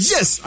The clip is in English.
Yes